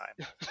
time